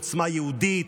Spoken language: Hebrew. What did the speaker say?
עוצמה יהודית,